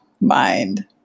mind